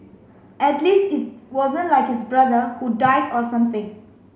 at least it wasn't like his brother who died or something